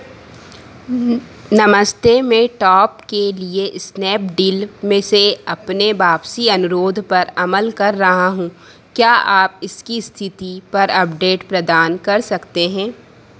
नमस्ते मैं टॉप के लिए इस्नैपडील में से अपने वापसी अनुरोध पर अमल कर रहा हूँ क्या आप इसकी स्थिति पर अपडेट प्रदान कर सकते हैं